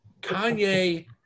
kanye